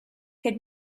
could